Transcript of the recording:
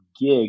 gig